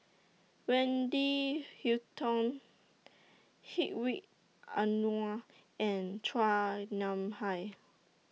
Wendy Hutton Hedwig Anuar and Chua Nam Hai